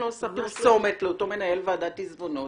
עושה פרסומת לאותו מנהל ועדת עיזבונות.